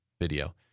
video